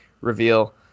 reveal